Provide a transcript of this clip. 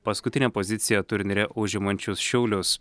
paskutinę poziciją turnyre užimančius šiaulius